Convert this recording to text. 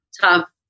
tough